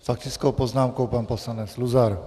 S faktickou poznámkou pan poslanec Luzar.